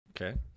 Okay